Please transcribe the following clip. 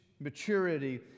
maturity